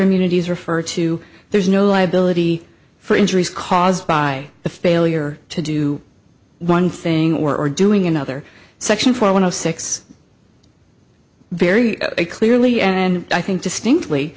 immunities referred to there's no liability for injuries caused by the failure to do one thing or doing another section for one of six very clearly and i think distinctly